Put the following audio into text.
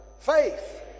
Faith